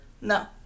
No